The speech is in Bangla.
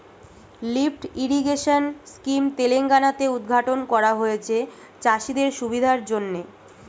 লিফ্ট ইরিগেশন স্কিম তেলেঙ্গানা তে উদ্ঘাটন করা হয়েছে চাষিদের সুবিধার জন্যে